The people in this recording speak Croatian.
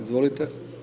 Izvolite.